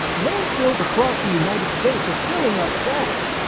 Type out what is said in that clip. landfills across the united states are filling up fast!